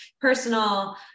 personal